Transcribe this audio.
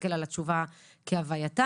להסתכל על התשובה כהווייתה.